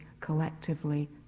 collectively